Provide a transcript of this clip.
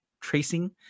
tracing